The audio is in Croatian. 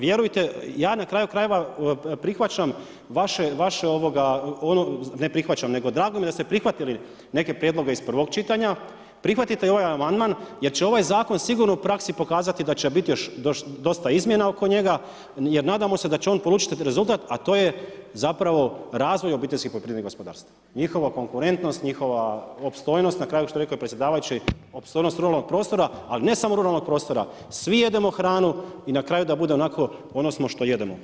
Vjerujte, ja na kraju-krajeva prihvaćam vaše, ne prihvaćam, nego drago mi je da ste prihvatili neke prijedloge iz prvog čitanja, prihvatite i ovaj amandman, jer će ovaj zakon sigurno u praksi pokazati da će biti još dosta izmjena oko njega, jer nadamo se da će on polučiti rezultat, a to je zapravo razvoj OPG, njihova konkurentnost, njihova opstojnost, na kraju što je rekao predsjedavajući opstojnost ruralnog prostora, ali ne samo ruralnog prostora, svi jedemo hranu i na kraju da bude onako odnosno što jedemo.